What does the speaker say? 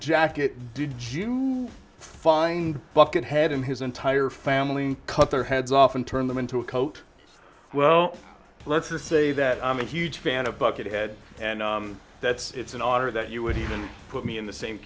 jacket did you find buckethead in his entire family cut their heads off and turn them into a coat well let's just say that i'm a huge fan of buckethead and that's it's an honor that you would even put me in the same